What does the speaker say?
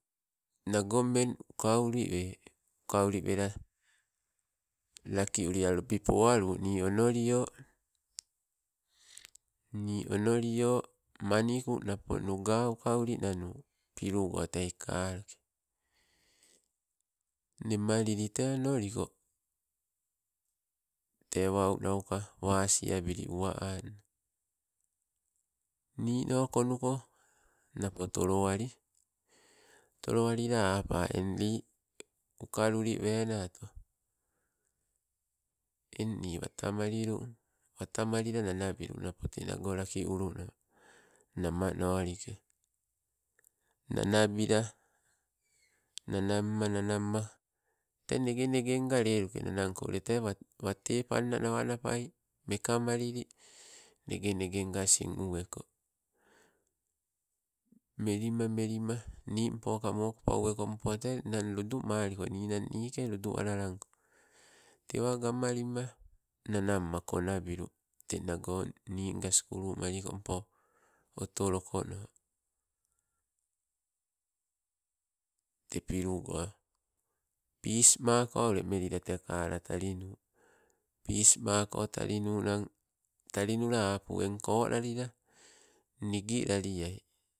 Nago mmeng ukauli we, ukauli welela laki ulila lobi poalu nii onolio. Nii onolio maniku nuga ukauli nanu. Pilugo tei kalake nemalili te onoliko, tee waunauka wasiabili uwa anna, nino konuko napo tolo ali, toloalila aapa, eng lii ukaluli wenato eng ni watamalilung, watamalila nanabilu napo te nago laki uluno. Namanolike nanabila nanamma, nanamma tee negenegenga leluke nanangko ule tee wate, wate panna nawa anapai, meka malili negenegenga asing uweko. Melima, melima nimpoka mokopo uwekompo te nna. Ludumaliko ninang niike ludu alalanko. Tewa gamalima nanamma konabilu, nagoo ninga skulumali kompo otolokono, te pilugo pismako ule melila tee kala talinu, pismako tali nunang, talinula apu eng kala lalila nigi laliai.